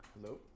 Hello